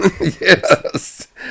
Yes